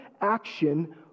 action